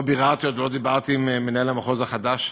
לא ביררתי, עוד לא דיברתי עם מנהל המחוז החדש,